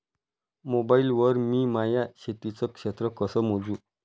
Mobile वर मी माया शेतीचं क्षेत्र कस मोजू?